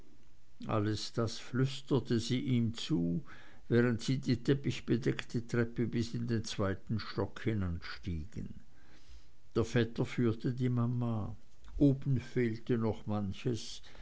alles das flüsterte sie ihm zu während sie die teppichbedeckte treppe bis in den zweiten stock hinanstiegen der vetter führte die mama oben fehlte noch manches